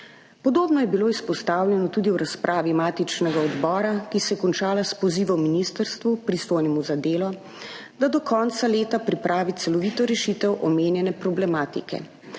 Podobno je bilo izpostavljeno tudi v razpravi matičnega odbora, ki se je končala s pozivom ministrstvu, pristojnemu za delo, da do konca leta pripravi celovito rešitev omenjene problematike.